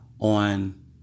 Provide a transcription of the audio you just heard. on